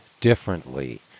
differently